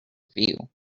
view